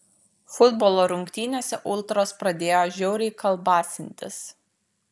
futbolo rungtynėse ultros pradėjo žiauriai kalbasintis